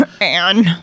Anne